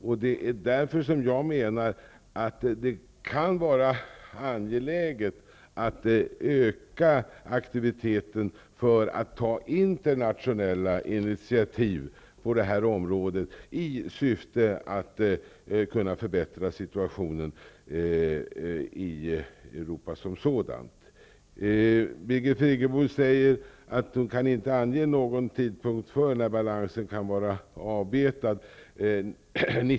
Jag menar därför att det kan vara angeläget att öka aktiviteten för att ta internationella initiativ på det här området i syfte att förbättra situationen i Birgit Friggebo säger att hon inte kan ange någon tidpunkt för när balansen kan vara avbetad.